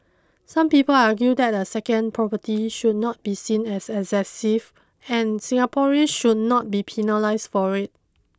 some people argue that a second property should not be seen as excessive and Singaporeans should not be penalised for it